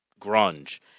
grunge